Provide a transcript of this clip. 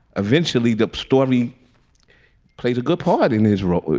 eventually the story plays a good part in israel.